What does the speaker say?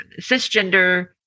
Cisgender